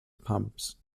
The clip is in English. pumps